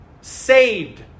saved